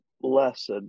blessed